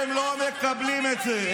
הם לא מקבלים את זה.